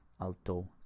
alto